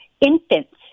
infants